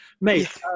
Mate